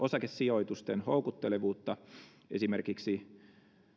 osakesijoitusten houkuttelevuutta esimerkiksi